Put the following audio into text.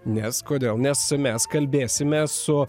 nes kodėl nes mes kalbėsime su